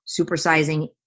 Supersizing